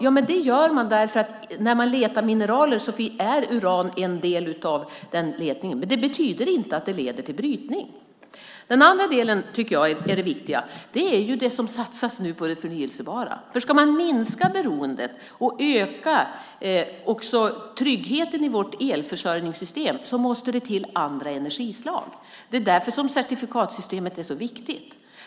Ja, men det gör man därför att när man letar mineraler är uran en del av det letandet. Men det betyder inte att det leder till brytning. Den andra delen tycker jag är det viktiga. Det är ju det som nu satsas på det förnybara. Ska man minska beroendet och också öka tryggheten i vårt elförsörjningssystem måste det till andra energislag. Det är därför certifikatsystemet är så viktigt.